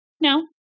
No